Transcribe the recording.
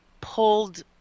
pulled